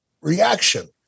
reaction